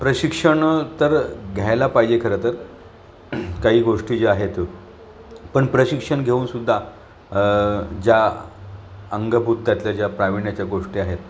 प्रशिक्षण तर घ्यायला पाहिजे खरं तर काही गोष्टी ज्या आहेत पण प्रशिक्षण घेऊनसुद्धा ज्या अंगभूत त्यातल्या ज्या प्रावीण्याच्या गोष्टी आहेत